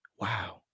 Wow